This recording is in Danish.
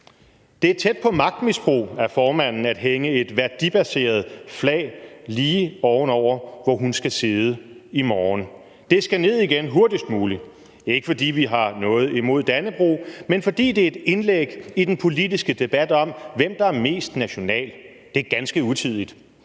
»Det er tæt på magtmisbrug af formanden at hænge et værdibaseret flag lige ovenover, hvor hun skal sidde i morgen. Det skal ned igen hurtigst muligt. Ikke fordi vi har noget imod Dannebrog, men fordi det er et indlæg i den politiske debat om, hvem der er mest nationale. Det er ganske utidigt.«